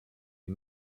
die